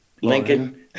Lincoln